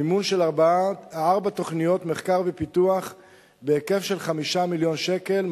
מימון של ארבע תוכניות מחקר ופיתוח בהיקף של 5 מיליון שקל,